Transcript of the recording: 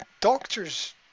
doctors